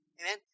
Amen